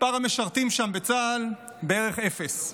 מספר המשרתים שם בצה"ל, בערך אפס.